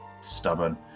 stubborn